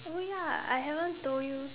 oh ya I haven't told you